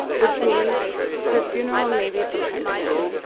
which means her funeral and maybe sometime soon.